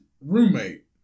roommate